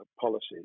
policies